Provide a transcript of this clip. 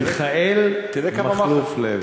מיכאל מכלוף לוי.